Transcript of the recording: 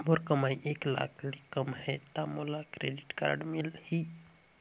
मोर कमाई एक लाख ले कम है ता मोला क्रेडिट कारड मिल ही?